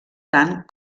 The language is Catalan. tant